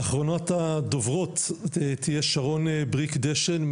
ואחרונת הדוברות תהיה שרון בריק-דשן,